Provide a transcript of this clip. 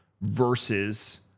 versus